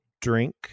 drink